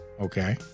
Okay